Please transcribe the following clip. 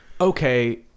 Okay